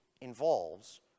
involves